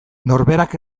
norberak